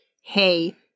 hey